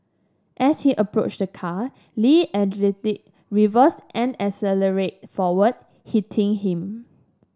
as he approached the car Lee allegedly reversed and accelerated forward hitting him